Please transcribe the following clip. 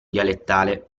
dialettale